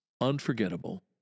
Unforgettable